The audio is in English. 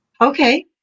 Okay